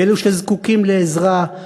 ולאלו שזקוקים לעזרה.